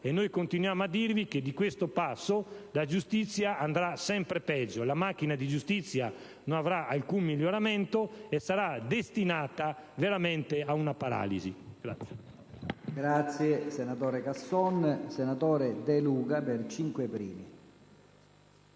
e noi continuiamo a dirvi che di questo passo la giustizia andrà sempre peggio, la macchina della giustizia non avrà alcun miglioramento e sarà destinata veramente a una paralisi.